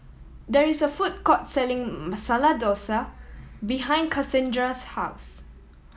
there is a food court selling Masala Dosa behind Cassandra's house